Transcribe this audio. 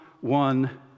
one